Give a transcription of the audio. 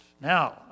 Now